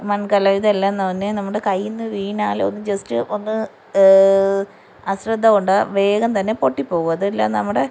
മൺകലം ഇതെല്ലാന്തന്നെ നമ്മുടെ കൈയ്യിൽ നിന്ന് വീണാൽ ഒന്ന് ജസ്റ്റ് അശ്രദ്ധ കൊണ്ട് വേഗന്തന്നെ പൊട്ടിപ്പോവും അതെല്ലാം നമ്മുടെ